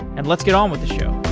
and let's get on with the show